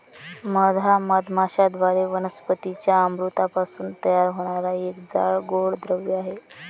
मध हा मधमाश्यांद्वारे वनस्पतीं च्या अमृतापासून तयार होणारा एक जाड, गोड द्रव आहे